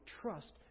trust